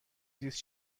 زیست